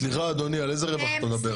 סליחה, אדוני, על איזה רווח אתה מדבר?